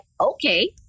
okay